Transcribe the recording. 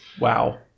Wow